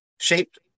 Shaped